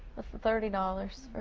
thirty dollars.